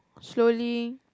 slowly